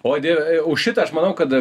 o dieve už šitą aš manau kad